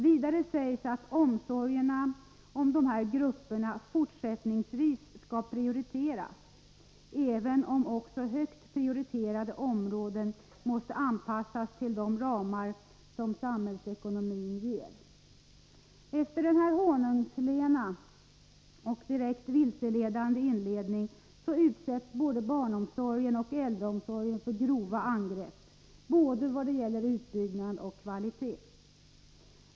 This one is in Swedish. Vidare sägs att omsorgerna om dessa grupper fortsättningsvis skall prioriteras, även om också högt prioriterade områden måste anpassas till de ramar som samhällsekonomin ger. Efter denna honungslena och direkt vilseledan de inledning utsätts både barnomsorgen och äldreomsorgen för grova angrepp, i vad gäller både utbyggnad och kvalitet.